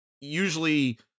usually